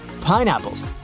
pineapples